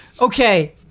Okay